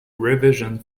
revision